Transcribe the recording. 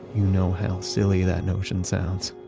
you know how silly that notion sounds.